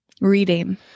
Reading